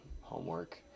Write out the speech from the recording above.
homework